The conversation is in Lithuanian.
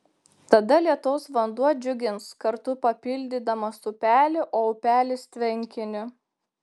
tada lietaus vanduo džiugins kartu papildydamas upelį o upelis tvenkinį